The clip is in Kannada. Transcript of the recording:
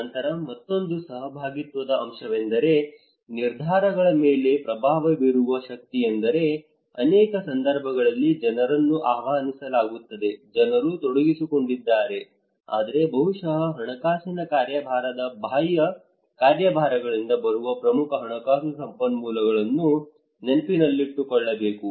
ನಂತರ ಮತ್ತೊಂದು ಸಹಭಾಗಿತ್ವದ ಅಂಶವೆಂದರೆ ನಿರ್ಧಾರಗಳ ಮೇಲೆ ಪ್ರಭಾವ ಬೀರುವ ಶಕ್ತಿಯೆಂದರೆ ಅನೇಕ ಸಂದರ್ಭಗಳಲ್ಲಿ ಜನರನ್ನು ಆಹ್ವಾನಿಸಲಾಗುತ್ತದೆ ಜನರು ತೊಡಗಿಸಿಕೊಂಡಿದ್ದಾರೆ ಆದರೆ ಬಹುಶಃ ಹಣಕಾಸಿನ ಕಾರ್ಯಭಾರದ ಬಾಹ್ಯ ಕಾರ್ಯಭಾರಗಳಿಂದ ಬರುವ ಪ್ರಮುಖ ಹಣಕಾಸು ಸಂಪನ್ಮೂಲಗಳನ್ನು ನೆನಪಿನಲ್ಲಿಟ್ಟುಕೊಳ್ಳಬೇಕು